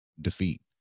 defeat